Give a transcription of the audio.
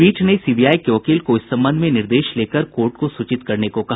पीठ ने सीबीआई के वकील को इस संबंध में निर्देश लेकर कोर्ट को सूचित करने को कहा